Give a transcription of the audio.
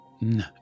No